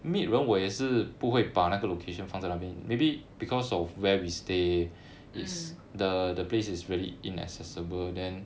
mm